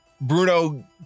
Bruno